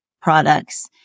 products